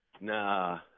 Nah